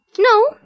No